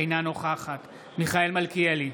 אינה נוכחת מיכאל מלכיאלי,